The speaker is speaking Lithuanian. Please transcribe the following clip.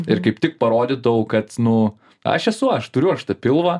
ir kaip tik parodydavau kad nu aš esu aš turiu aš tą pilvą